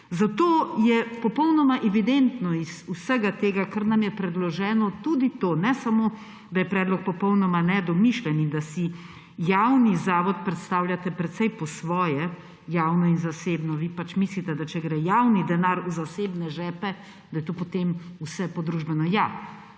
Zato je popolnoma evidentno iz vsega tega, kar nam je predloženo, ne samo to, da je predlog popolnoma nedomišljen in da si javni zavod predstavljate precej po svoje javno in zasebno, vi mislite, da če gre javni denar v zasebne žepe, da je potem to vse podružbeno.